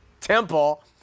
temple